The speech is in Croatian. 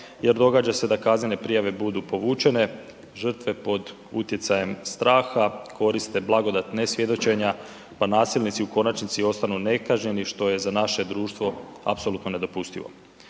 jer događa se da kaznene prijave budu povučene, žrtve pod utjecajem straha koriste blagodat nesvjedočenja pa nasilnici u konačnici ostanu nekažnjeni što je za naše društvo apsolutno nedopustivo.